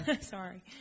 Sorry